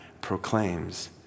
proclaims